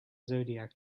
zodiac